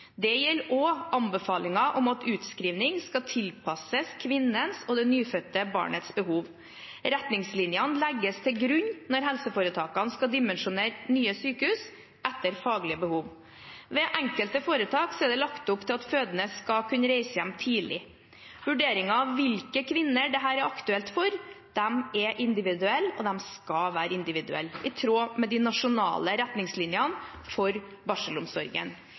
Det gjelder også anbefalingen om at utskrivning skal tilpasses kvinnens og det nyfødte barnets behov. Retningslinjene legges til grunn når helseforetakene skal dimensjonere nye sykehus etter faglige behov. Ved enkelte helseforetak er det lagt opp til at fødende skal kunne reise hjem tidlig. Vurderingen av hvilke kvinner dette er aktuelt for, er individuell – og den skal være individuell – i tråd med de nasjonale retningslinjene for barselomsorgen.